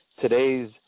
today's